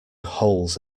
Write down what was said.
holes